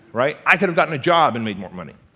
right? i could've gotten a job and made more money.